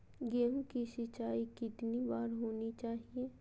गेहु की सिंचाई कितनी बार होनी चाहिए?